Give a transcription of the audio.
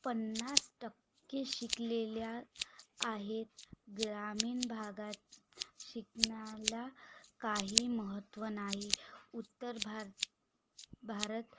पन्नास टक्के शिकलेल्या आहेत ग्रामीण भागात शिकण्याला काही महत्त्व नाही उत्तर भारत भारत